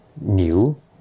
new